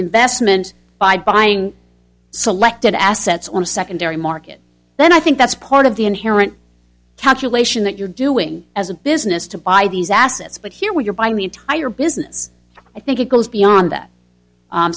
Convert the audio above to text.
investment by buying selected assets on a secondary market then i think that's part of the inherent calculation that you're doing as a business to buy these assets but here where you're buying the entire business i think it goes beyond